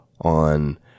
on